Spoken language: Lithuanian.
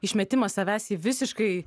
išmetimas savęs į visiškai